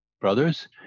brothers